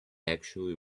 actually